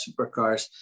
supercars